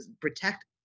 protect